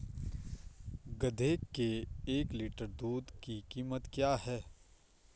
गधे के एक लीटर दूध की कीमत क्या है?